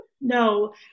No